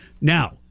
Now